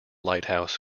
lighthouse